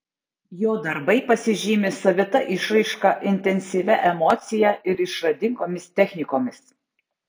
jo darbai pasižymi savita išraiška intensyvia emocija ir išradingomis technikomis